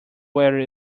where